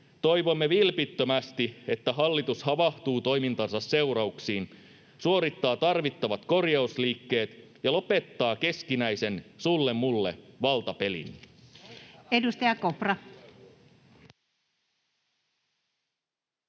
toivomme vilpittömästi, että hallitus havahtuu toimintansa seurauksiin, suorittaa tarvittavat korjausliikkeet ja lopettaa keskinäisen sulle—mulle-valtapelin.